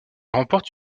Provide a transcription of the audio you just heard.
remporte